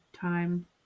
time